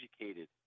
educated